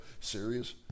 serious